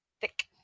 Thick